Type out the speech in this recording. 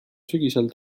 sügisel